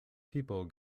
people